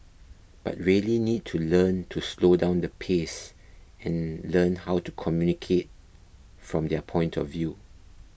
but really need to learn to slow down the pace and learn how to communicate from their point of view